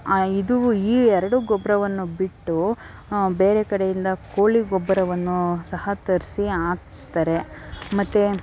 ಇದು ಈ ಎರಡೂ ಗೊಬ್ಬರವನ್ನು ಬಿಟ್ಟು ಬೇರೆ ಕಡೆಯಿಂದ ಕೋಳಿ ಗೊಬ್ಬರವನ್ನೂ ಸಹ ತರಿಸಿ ಹಾಕ್ಸ್ತಾರೆ ಮತ್ತು